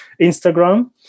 instagram